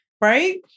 Right